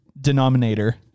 denominator